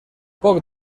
poc